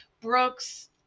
Brooks